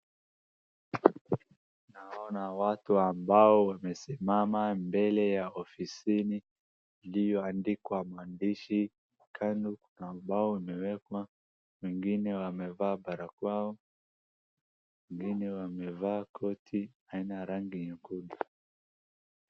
Naona watu ambao wamesimama mbele ya ofisini ilyoandikwa maandishi, na kando kuna ubao umewekwa, wengine wamevaa barakoa, wengine wamevaa koti aina ya rangi nyekundu.